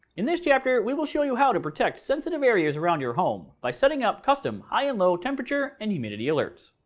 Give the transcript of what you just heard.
in this chapter we will show you how to protect sensitive areas around your home by setting up custom high and low temperature and humidity alerts.